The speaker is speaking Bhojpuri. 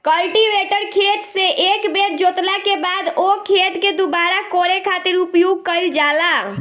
कल्टीवेटर खेत से एक बेर जोतला के बाद ओ खेत के दुबारा कोड़े खातिर उपयोग कईल जाला